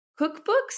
cookbooks